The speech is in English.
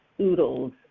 oodles